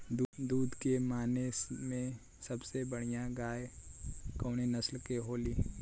दुध के माने मे सबसे बढ़ियां गाय कवने नस्ल के होली?